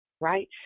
right